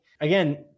again